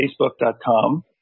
facebook.com